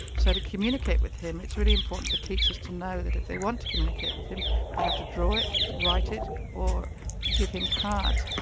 so to communicate with him, it's really important for teachers to know that if they want to communicate with him they have to draw it, write it, or give him cards.